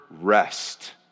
rest